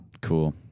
Cool